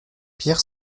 pierre